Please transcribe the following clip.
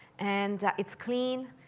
and it's clean.